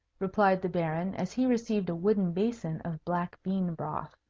replied the baron, as he received a wooden basin of black-bean broth.